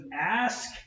ask